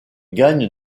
gagne